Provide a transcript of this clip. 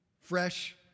fresh